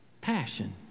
passion